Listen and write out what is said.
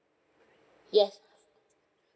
yes